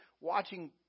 watching